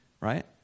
right